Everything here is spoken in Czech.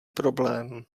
problém